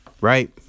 right